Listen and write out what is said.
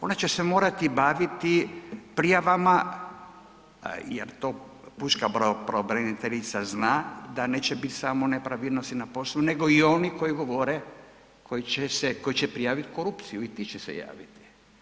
Ona će se morati baviti prijavama jer to pučka pravobraniteljica zna da neće biti samo nepravilnosti na poslu, nego i oni koji govore, koji će se, koji će prijaviti korupciju i ti će se javiti.